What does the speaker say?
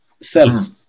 self